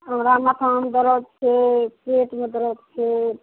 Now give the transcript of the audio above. हमरा माथामे दरद छै पेटमे दरद छै